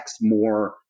more